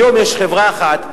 היום יש חברה אחת,